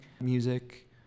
music